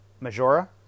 Majora